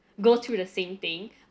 go through the same thing